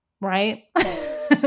Right